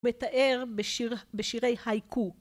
‫מתאר בשירי הייקו.